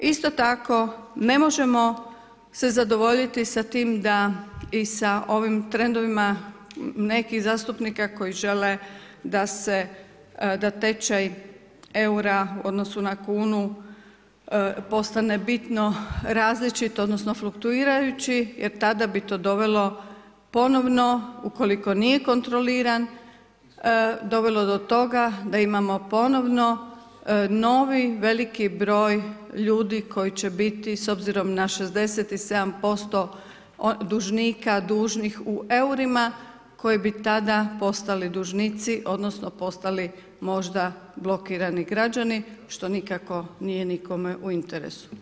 Isto tako ne možemo se zadovoljiti s tim da i sa ovim trendovima, nekih zastupnika koji žele da se, da tečaj eura u odnosu na kunu postane bitno različit, odnosno, fluktuirajući, jer tada bi to dovelo, ponovno, ukoliko nije kontroliran, dovelo do toga da imamo ponovno novi veliki broj ljudi, koji će biti, s obzirom na 67% dužnika dužnih u eurima, koji bi tada postali dužnici, odnosno, postali možda blokirani građani, što nikako nije nikome u interesu.